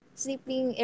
sleeping